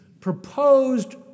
proposed